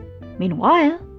Meanwhile